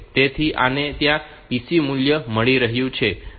તેથી આને ત્યાં PC મૂલ્ય મળી રહ્યું છે